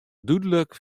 dúdlik